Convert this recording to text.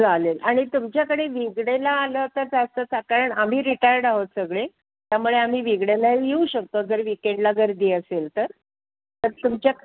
चालेल आणि तुमच्याकडे विगडेला आलं तर जास्तचा कारण आम्ही रिटायर्ड आहोत सगळे त्यामुळे आम्ही वेगडेला येऊ शकतो जर वीकेंडला गर्दी असेल तर तर तुमच्या